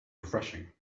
refreshing